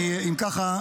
אם ככה,